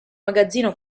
magazzino